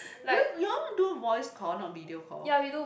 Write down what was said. will you all do voice call not video call